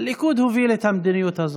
הליכוד הוביל את המדיניות הזאת.